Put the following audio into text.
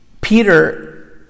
Peter